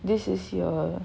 this is your